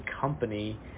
company